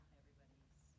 everybody's